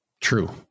True